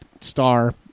star